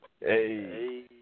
Hey